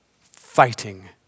fighting